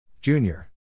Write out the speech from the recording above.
Junior